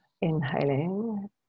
inhaling